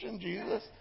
Jesus